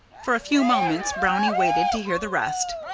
for a few moments brownie waited to hear the rest.